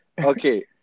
Okay